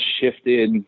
shifted